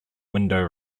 window